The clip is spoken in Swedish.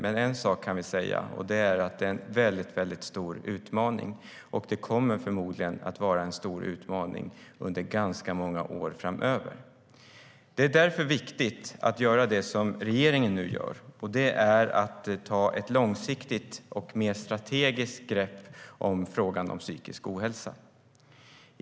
En sak kan vi dock säga, nämligen att det är en väldigt stor utmaning, och så kommer det förmodligen att vara under ganska många år framöver. Det är därför viktigt att göra det som regeringen nu gör, nämligen att ta ett långsiktigt och mer strategiskt grepp om frågan om psykisk ohälsa.